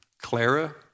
Clara